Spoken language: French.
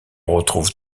retrouve